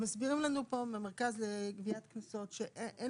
מסבירים לנו פה מהמרכז לגביית קנסות שאין